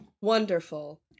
wonderful